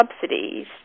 subsidies